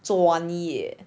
专业